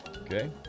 Okay